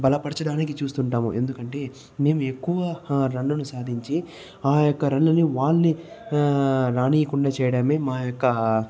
బలపరచడానికి చూస్తుంటాము ఎందుకంటే మేము ఎక్కువ రన్నులు సాధించి ఆ యొక్క రన్ను ని వాల్ ని రానివ్వకుండా చేయడమే మా యొక్క